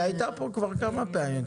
היא הייתה פה כבר כמה פעמים,